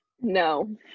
no